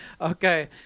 Okay